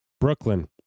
Brooklyn